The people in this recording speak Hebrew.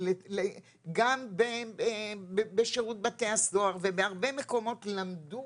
וגם בשירות בתי הסוהר ובהרבה מקומות למדו